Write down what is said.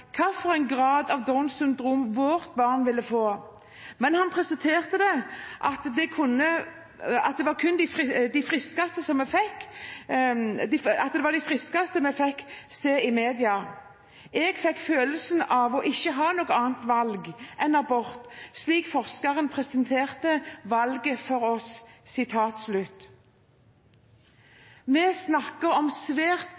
grad av Downs vårt barn ville få, men han presiserte at det kun var de friskeste vi fikk se i media. Jeg fikk følelsen av å ikke ha noe annet valg enn abort slik forskeren presenterte valget for oss.»